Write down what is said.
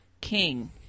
king